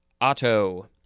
otto